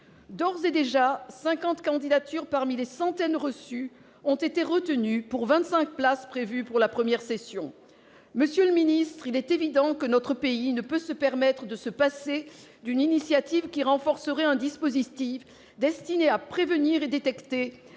D'ores et déjà, cinquante candidatures parmi les centaines reçues ont été retenues, pour vingt-cinq places prévues pour la première session. Monsieur le ministre d'État, il est évident que notre pays ne peut se permettre de se passer d'une initiative qui renforcerait un dispositif destiné à prévenir et détecter